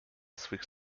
swych